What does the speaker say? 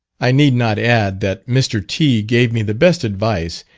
i need not add, that mr. t. gave me the best advice,